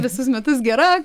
visus metus gera